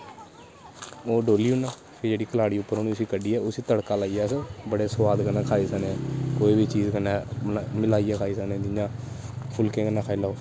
ओह् डोह्ली ओड़ना ते जेह्ड़ी कलाड़ी उप्पर होनी उसी कड्ढियै उसी तड़का लाइयै बड़े स्वाद कन्नै खाई सकने आं कोई बी चीज कन्नै मला मलाइयै खाई सकने आं जियां फुलके कन्नै खाई लैओ